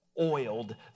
oiled